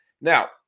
Now